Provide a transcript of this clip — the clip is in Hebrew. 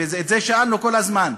את זה שאלנו כל הזמן.